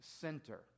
center